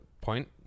point